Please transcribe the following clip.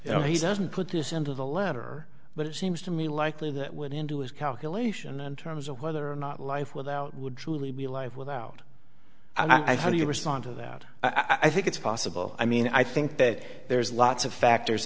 you know he doesn't put this into the letter but it seems to me likely that went into his calculation and terms of whether or not life without would truly be a life without i do you respond to that i think it's possible i mean i think that there's lots of factors